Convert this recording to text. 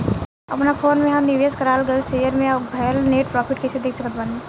अपना फोन मे हम निवेश कराल गएल शेयर मे भएल नेट प्रॉफ़िट कइसे देख सकत बानी?